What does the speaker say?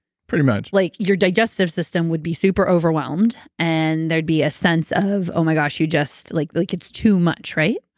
pretty much. like your digestive system would be super overwhelmed and there'd be a sense of, oh my gosh, you just. like like it's too much. right?